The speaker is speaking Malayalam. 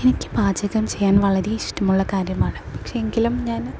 എനിക്ക് പാചകം ചെയ്യാൻ വളരെ ഇഷ്ടമുള്ള കാര്യമാണ് പക്ഷേ എങ്കിലും ഞാൻ